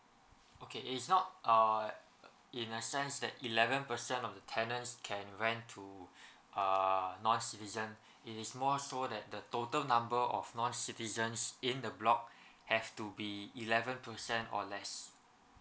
okay it's not uh in a sense that eleven percent of the tenants can rent to uh non citizen it is more so that the total number of non citizens in the block have to be eleven percent or less